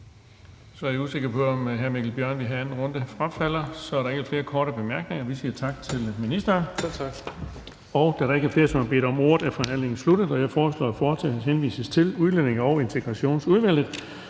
Jeg er usikker på, om hr. Mikkel Bjørn vil have sin anden runde. Han frafalder. Så er der ikke flere korte bemærkninger. Vi siger tak til ministeren. Da der ikke er flere, der har bedt om ordet, er forhandlingen sluttet. Jeg foreslår, at forslaget henvises til Udlændinge- og Integrationsudvalget.